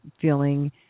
feeling